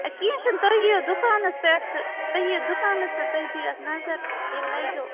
کینٛہہ چھُنہٕ تُہُۍ یِیِو دُکانَس پٮ۪ٹھ تہٕ تُہُۍ یِیِو دُکانَس پٮ۪ٹھ تُہُۍ دِیِو یَتھ نَظر ییٚلہِ لَگیٚو